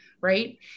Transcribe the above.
right